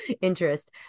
interest